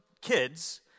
kids